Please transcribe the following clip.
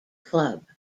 club